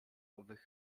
owych